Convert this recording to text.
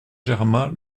germain